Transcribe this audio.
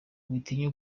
witinya